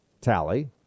tally